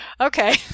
Okay